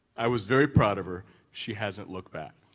i was very proud of her. she hasn't looked back.